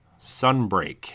Sunbreak